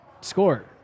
score